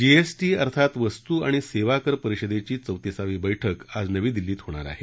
GST अर्थात वस्तू आणि सेवाकर परिषदेची चौतीसावी बैठक आज नवी दिल्लीत होणार आहे